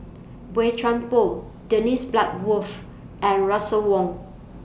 Boey Chuan Poh Dennis Bloodworth and Russel Wong